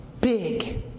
big